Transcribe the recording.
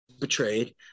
betrayed